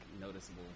noticeable